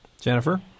Jennifer